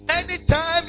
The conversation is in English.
anytime